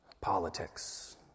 Politics